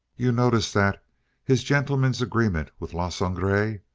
you noticed that his gentleman's agreement with le sangre?